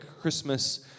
Christmas